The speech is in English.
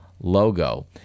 logo